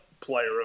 player